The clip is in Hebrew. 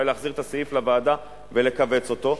אולי להחזיר את הסעיף לוועדה ולכווץ אותו.